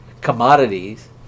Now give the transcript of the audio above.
Commodities